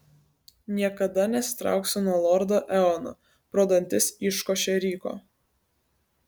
niekada nesitrauksiu nuo lordo eono pro dantis iškošė ryko